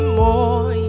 more